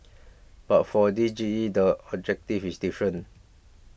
but for this G E the objective is different